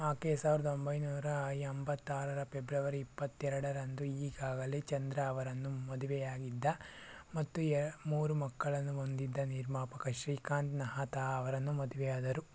ಆಕೆ ಸಾವ್ರ್ದ ಒಂಬೈನೂರ ಎಂಬತ್ತಾರರ ಪೆಬ್ರವರಿ ಇಪ್ಪತ್ತೆರಡರಂದು ಈಗಾಗಲೆ ಚಂದ್ರ ಅವರನ್ನು ಮದುವೆಯಾಗಿದ್ದ ಮತ್ತು ಯ ಮೂರು ಮಕ್ಕಳನ್ನು ಹೊಂದಿದ್ದ ನಿರ್ಮಾಪಕ ಶ್ರೀಕಾಂತ್ ಮೆಹತಾ ಅವರನ್ನು ಮದುವೆಯಾದರು